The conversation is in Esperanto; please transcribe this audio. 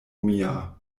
mia